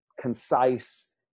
concise